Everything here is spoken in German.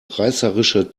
reißerischer